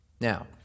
Now